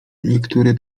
niektóre